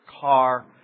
car